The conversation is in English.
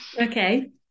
Okay